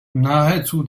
nahezu